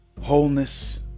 wholeness